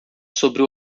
sobre